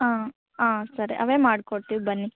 ಹಾಂ ಹಾಂ ಸರಿ ಅವೇ ಮಾಡಿಕೊಡ್ತೀವಿ ಬನ್ನಿ